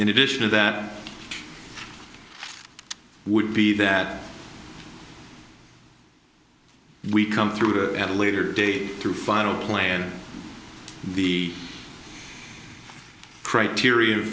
in addition to that would be that we come through at a later date through final play and the criteria